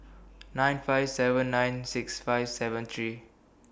nine five seven nine six five seven three